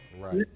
right